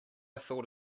thought